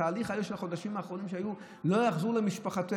בתהליך הזה של החודשים האחרונים היו שלא חזרו למשפחותיהם